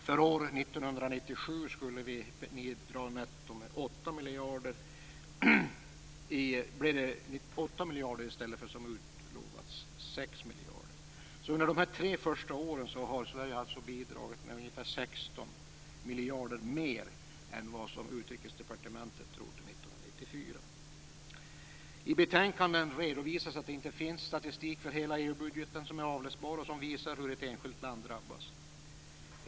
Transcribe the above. Förra året, 1997, blev det 8 miljarder i stället för som utlovats 6 miljarder. Under de tre första åren har Sverige alltså bidragit med ungefär 16 miljarder mer än vad Utrikesdepartementet trodde 1994. I betänkandet redovisas att det inte finns statistik för hela EU-budgeten som är avläsbar och som visar hur ett enskilt land drabbas.